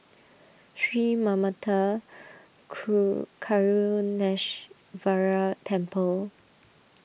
Sri Manmatha Karuneshvarar Temple